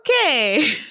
okay